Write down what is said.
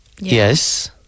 yes